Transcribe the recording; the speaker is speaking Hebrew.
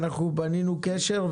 בנינו קשר,